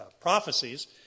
prophecies